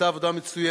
שעושה עבודה מצוינת,